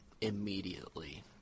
immediately